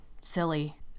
Silly